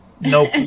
Nope